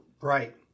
Right